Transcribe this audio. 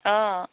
অঁ